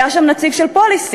היה שם נציג של "פוליסי",